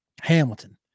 Hamilton